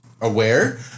aware